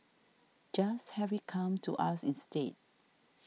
just have it come to us instead